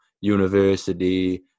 university